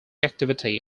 activity